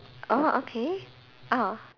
oh okay ah